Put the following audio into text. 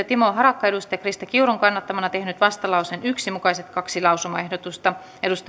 timo harakka on krista kiurun kannattamana tehnyt vastalauseen yksi mukaiset kaksi lausumaehdotusta